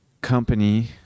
company